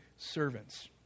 servants